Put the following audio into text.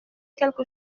quelque